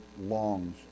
longs